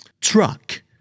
Truck